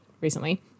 recently